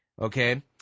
Okay